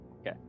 Okay